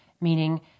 meaning